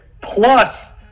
plus